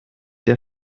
der